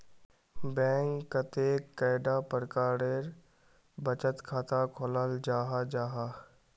Bank कतेक कैडा प्रकारेर बचत खाता खोलाल जाहा जाहा?